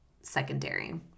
secondary